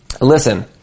listen